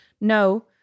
No